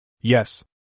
Yes